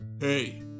Hey